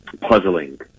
puzzling